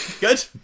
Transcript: Good